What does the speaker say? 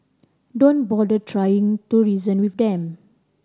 don't bother trying to reason with them